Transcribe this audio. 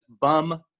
Bum